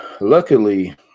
luckily